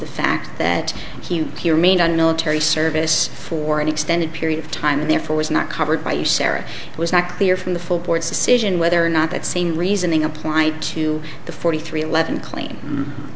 the fact that he remained on military service for an extended period of time and therefore was not covered by usera it was not clear from the full board's decision whether or not that same reasoning applied to the forty three eleven clean